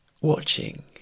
Watching